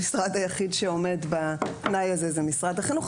המשרד היחיד שעומד בתנאי הזה הוא משרד החינוך,